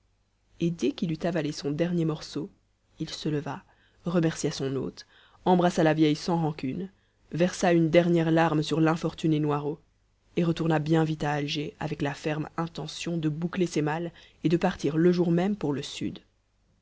et dès qu'il eut avalé son dernier morceau il se leva remercia son hôte embrassa la vieille sans rancune versa une dernière larme sur l'infortuné noiraud et retourna bien vite à alger avec la ferme intention de boucler ses malles et de partir le jour même pour le sud